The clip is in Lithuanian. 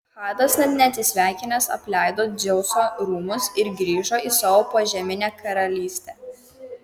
hadas net neatsisveikinęs apleido dzeuso rūmus ir grįžo į savo požeminę karalystę